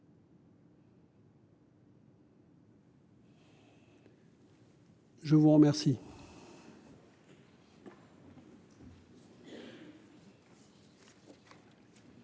je vous remercie